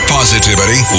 positivity